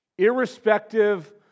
irrespective